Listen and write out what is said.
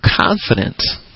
confidence